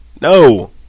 No